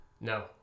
No